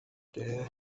дээ